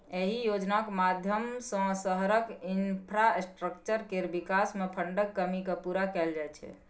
अहि योजनाक माध्यमसँ शहरक इंफ्रास्ट्रक्चर केर बिकास मे फंडक कमी केँ पुरा कएल जाइ छै